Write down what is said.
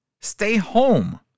stay-home